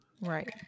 Right